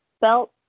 belt